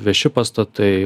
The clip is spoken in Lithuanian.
vieši pastatai